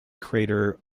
crater